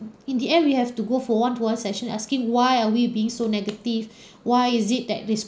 in the end we have to go for one for one session asking why are we being so negative why is it that this